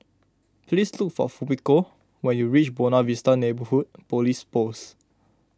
please look for Fumiko when you reach Buona Vista Neighbourhood Police Post